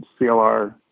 CLR